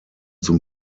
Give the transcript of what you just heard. zum